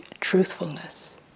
truthfulness